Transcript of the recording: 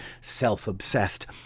self-obsessed